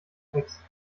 text